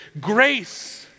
grace